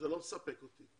זה לא מספק אותי.